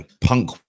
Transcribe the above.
Punk